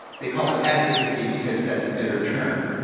they call it advocacy because that's a better term,